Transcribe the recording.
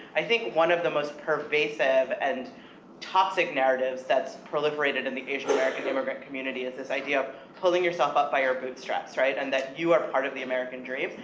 i think one of the most pervasive and toxic narratives that's proliferated in the asian american immigrant community is this idea of pulling yourself up by your boot straps, right? and that you are part of the american dream,